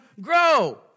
grow